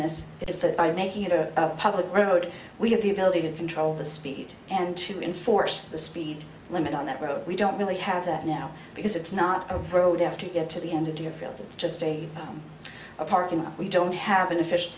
this is that by making it a public road we have the ability to control the speed and to enforce the speed limit on that road we don't really have that now because it's not a road after you get to the end of your field it's just a park and we don't have an official